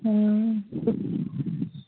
ہاں